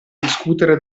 discutere